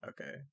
okay